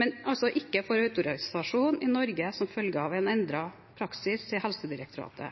men som altså ikke får autorisasjon i Norge som følge av endret praksis i Helsedirektoratet.